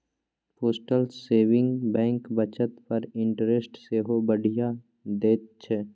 postal saving bank बचत पर interest सेहो बढ़ियाँ दैत छै